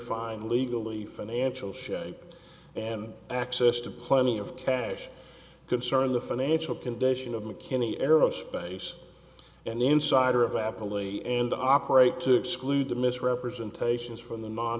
fine legal the financial shape and access to plenty of cash concerning the financial condition of mckinney aerospace and the insider of happily and operate to exclude the misrepresentations from the